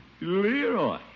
Leroy